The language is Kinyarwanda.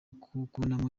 kubonamo